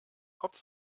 kopf